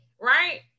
Right